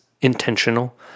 intentional